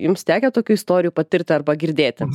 jums tekę tokių istorijų patirti arba girdėti